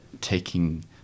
taking